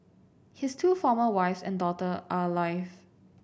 his two former wives and daughter are alive